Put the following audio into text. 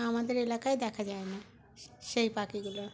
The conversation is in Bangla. আমাদের এলাকায় দেখা যায় না সেই পাখিগুলো